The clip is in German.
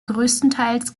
größtenteils